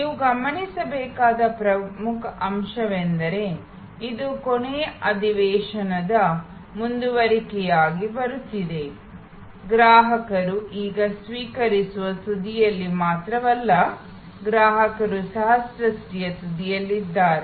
ನೀವು ಗಮನಿಸಬೇಕಾದ ಪ್ರಮುಖ ಅಂಶವೆಂದರೆ ಇದು ಕೊನೆಯ ಅಧಿವೇಶನದ ಮುಂದುವರಿಕೆಯಾಗಿ ಬರುತ್ತಿದೆ ಗ್ರಾಹಕರು ಈಗ ಸ್ವೀಕರಿಸುವ ಕಡೆಯಲ್ಲಿ ಮಾತ್ರವಲ್ಲ ಗ್ರಾಹಕರು ಸಹ ಸೃಷ್ಟಿಯ ಕಡೆಯಲ್ಲಿದ್ದಾರೆ